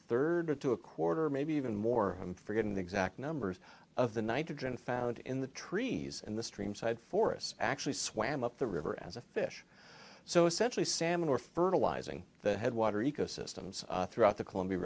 third to a quarter maybe even more i'm forgetting the exact numbers of the nitrogen found in the trees and the stream side forests actually swam up the river as a fish so essentially salmon or fertilizing the headwater ecosystems throughout the columbia